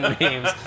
names